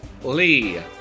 Lee